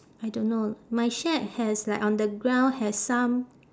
I don't know my shack has like on the ground has some